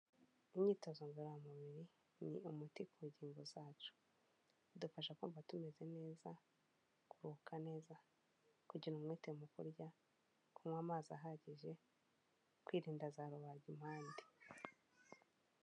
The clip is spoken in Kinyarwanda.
Imyitozo ngororamubiri, ni umuti ku ngingo zacu, idufasha kumva tumeze neza, kuruhuka neza, ku kugira umwete mu kurya, kunywa amazi ahagije, kwirinda za rubagi impande.